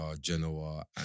Genoa